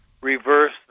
reverse